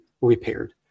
repaired